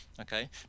okay